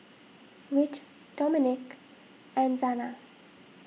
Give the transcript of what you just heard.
Whit Domenick and Zana